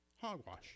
Hogwash